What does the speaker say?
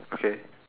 okay